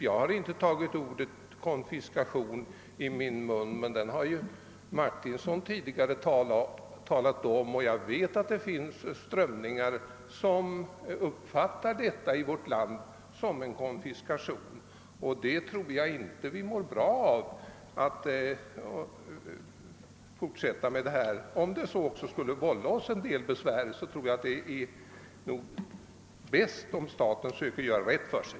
Jag har inte tagit ordet konfiskation i min mun, men detta har herr Martinsson tidigare talat om. Jag vet att det finns strömningar i vårt land som uppfattar detta såsom en konfiskation, och jag tror inte att vi mår bra av att fortsätta på det här viset. även om det skulle vålla oss en del besvär tror jag det är bäst att staten söker göra rätt för sig.